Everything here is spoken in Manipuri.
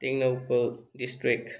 ꯇꯦꯡꯅꯧꯄꯜ ꯗꯤꯁꯇ꯭ꯔꯤꯛ